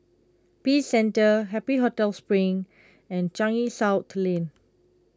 Peace Centre Happy Hotel Spring and Changi South Lane